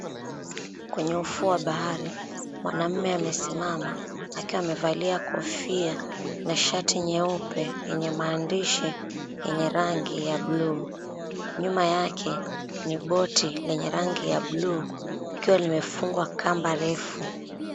Kwenye ufuo wa bahari mwanamume amesimama akiwa amevalia kofia na shati nyeupe yenye maandishi yenye rangi ya bluu .Nyuma yake ni boti lenye rangi ya bluu likiwa limefungwa kamba refu .